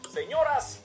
señoras